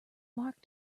mark